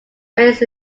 raised